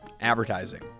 advertising